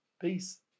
Peace